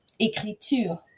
écriture